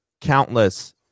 countless